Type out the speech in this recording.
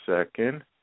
second